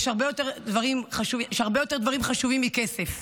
יש דברים הרבה יותר חשובים מכסף.